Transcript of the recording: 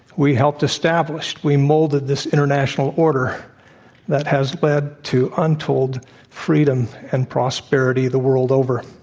we helped establish, we molded this international order that has led to untold freedom and prosperity the world over.